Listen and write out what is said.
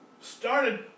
started